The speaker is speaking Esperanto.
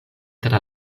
tra